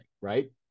right